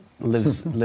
lives